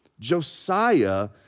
Josiah